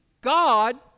God